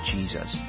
Jesus